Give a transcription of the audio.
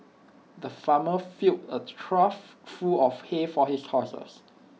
the farmer filled A trough full of hay for his horses